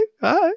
hi